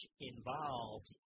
involved